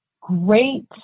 great